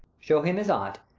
show him his aunt,